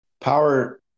Power